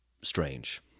strange